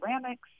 Ceramics